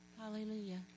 Hallelujah